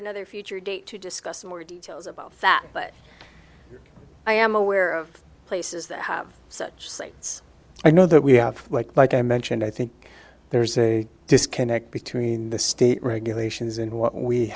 another future date to discuss more details about that but i am aware of places that have such sites i know that we have like like i mentioned i think there's a disconnect between the state regulations and what we